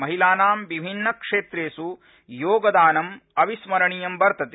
महिलानां विभिन्नक्षेत्रेष् योगदानं अविस्मरणीयं वर्तते